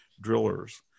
drillers